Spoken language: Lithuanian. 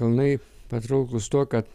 kalnai patrauklūs tuo kad